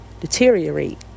Deteriorate